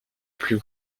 plus